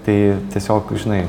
tai tiesiog žinai